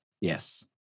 Yes